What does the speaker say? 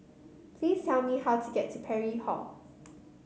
please tell me how to get to Parry Hall